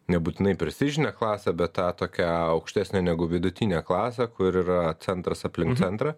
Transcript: nebūtinai prestižinę klasę bet tą tokia aukštesnę negu vidutinę klasę kur yra centras aplink centrą